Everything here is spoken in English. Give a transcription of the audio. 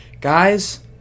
Guys